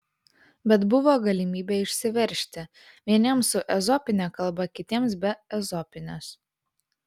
bet buvo galimybė išsiveržti vieniems su ezopine kalba kitiems be ezopinės